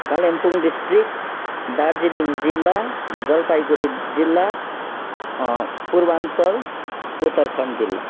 Kalimpong district Darjeeling जिल्ला जलपाईगुडी जिल्ला पूर्वाञ्चल उत्तरखण्ड जिल्ला